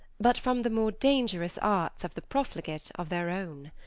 but from the more dangerous arts of the profligate of their own.